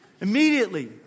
Immediately